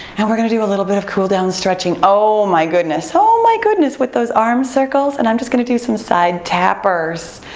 and we're gonna do a little bit of cool down stretching. oh my goodness, oh my goodness with those arm circles and i'm just gonna do some some side tappers.